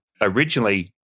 originally